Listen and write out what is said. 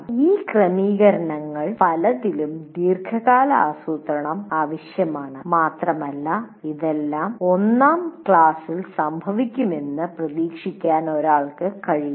ഈ ക്രമീകരണങ്ങളിൽ പലതിലും ദീർഘകാല ആസൂത്രണം ആവശ്യമാണ് മാത്രമല്ല ഇതെല്ലാം ഒന്നാം ക്ലാസിൽ സംഭവിക്കുമെന്ന് പ്രതീക്ഷിക്കാൻ ഒരാൾക്ക് കഴിയില്ല